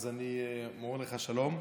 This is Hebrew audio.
אז אני אומר לך שלום.